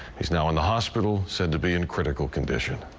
he's now in the hospital, said to be in critical condition.